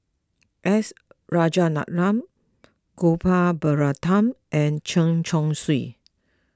S Rajaratnam Gopal Baratham and Chen Chong Swee